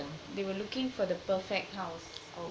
they were looking for the perfect house